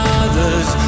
others